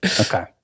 Okay